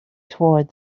toward